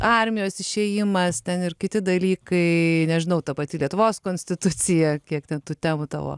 armijos išėjimas ten ir kiti dalykai nežinau ta pati lietuvos konstitucija kiek ten tų temų tavo